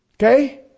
Okay